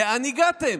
לאן הגעתם?